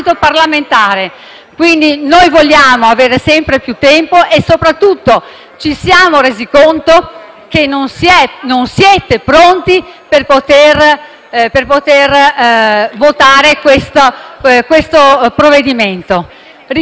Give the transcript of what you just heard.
Noi vogliamo avere sempre più tempo e soprattutto ci siamo resi conto che non siete pronti a votare questo provvedimento. Ricordo che